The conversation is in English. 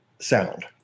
sound